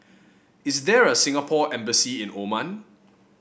is there a Singapore Embassy in Oman